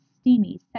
steamy